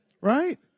right